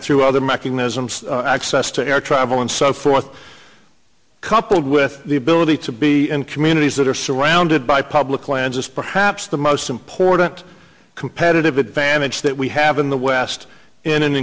and through other mechanisms access to air travel and so forth coupled with the ability to be in communities that are surrounded by public lands as perhaps the most important competitive advantage that we have in the west in an